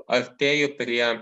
artėju prie